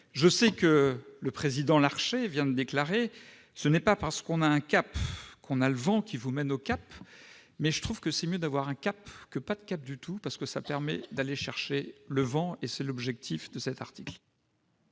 Je sais que le président Larcher vient de déclarer :« Ce n'est pas parce qu'on a un cap qu'on a le vent qui amène au cap. » Pour ma part, je trouve qu'il vaut mieux avoir un cap que pas de cap du tout, parce que cela permet d'aller chercher le vent. Tel est l'objectif de cet article.